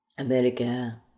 America